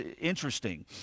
interesting